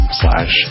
slash